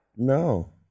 No